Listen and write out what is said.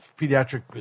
pediatric